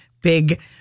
big